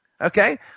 okay